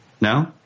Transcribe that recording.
No